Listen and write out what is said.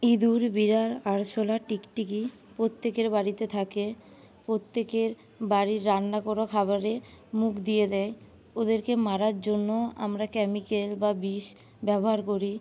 ইঁদুর বিড়াল আরশোলা টিকটিকি প্রত্যেকের বাড়িতে থাকে প্রত্যেকের বাড়ির রান্না করা খাবারে মুখ দিয়ে দেয় ওদেরকে মারার জন্য আমরা কেমিক্যাল বা বিষ ব্যবহার করি